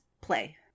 play